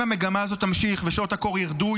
אם המגמה הזאת תמשיך ושעות הקור ירדו,